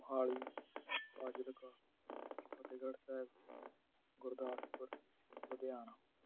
Mohali Fazilka Fatehgarh Sahib Gurdaspur Ludhiana